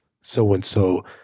so-and-so